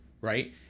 right